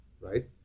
right